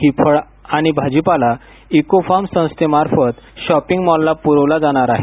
ही फळं आणि भाजीपाला इको फार्म संस्थेमार्फत शॉपिंग मॉलला पुरविला जाणार आहे